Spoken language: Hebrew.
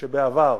כשבעבר,